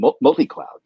multi-cloud